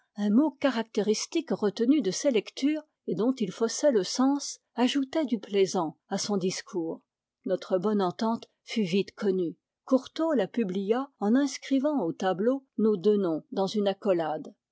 un mot caractéristique retenu de ses lectures et dont il faussait le sens ajoutait du plaisant à son discours notre bonne entente fut vite connue courtot la publia en inscrivant au tableau nos deux noms dans une accolade